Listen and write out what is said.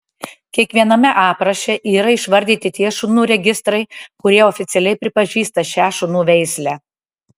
kiekviename apraše yra išvardyti tie šunų registrai kurie oficialiai pripažįsta šią šunų veislę